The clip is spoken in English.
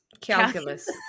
Calculus